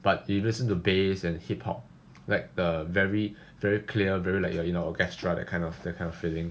but if listen to bass and hip hop like the very very clear very like you know orchestra that kind of that kind of feeling